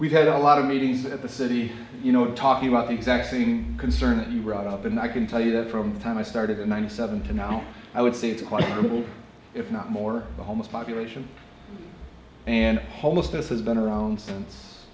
we've had a lot of meetings at the city you know talking about the exact same concern that you brought up and i can tell you that from the time i started in ninety seven to now i would say it's quite difficult if not more homeless population and homelessness has been around since